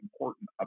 important